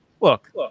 Look